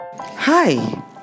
Hi